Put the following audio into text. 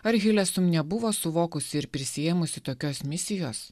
ar hilesum nebuvo suvokusi ir prisiėmusi tokios misijos